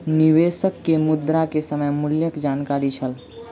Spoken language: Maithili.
निवेशक के मुद्रा के समय मूल्यक जानकारी छल